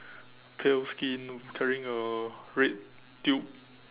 pale skin carrying a red tube